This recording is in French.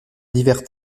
divers